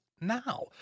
now